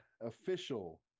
official